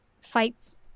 fights